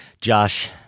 Josh